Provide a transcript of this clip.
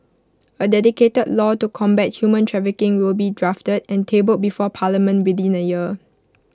A dedicated law to combat human trafficking will be drafted and tabled before parliament within A year